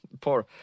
Poor